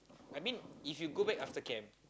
I mean if you go back after camp